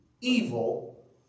evil